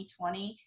2020